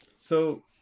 So-